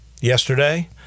Yesterday